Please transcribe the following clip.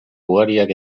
ugariak